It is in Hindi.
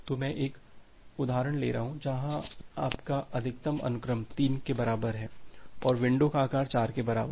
तो मैं एक उदाहरण ले रहा हूँ जहाँ आपका अधिकतम अनुक्रम 3 के बराबर है और विंडो का आकार 4 के बराबर है